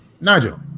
Nigel